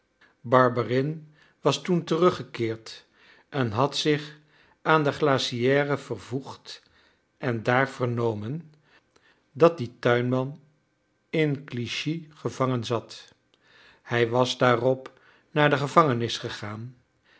barberin was toen teruggekeerd en had zich aan de glacière vervoegd en daar vernomen dat die tuinman in clichy gevangen zat hij was daarop naar de gevangenis gegaan